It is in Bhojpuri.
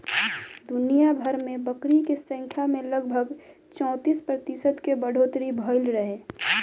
दुनियाभर में बकरी के संख्या में लगभग चौंतीस प्रतिशत के बढ़ोतरी भईल रहे